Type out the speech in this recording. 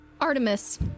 Artemis